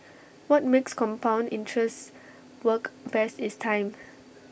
what makes compound interest work best is time